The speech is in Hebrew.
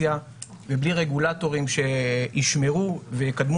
רגולציה ומבלי רגולטורים שישמעו ויקדמו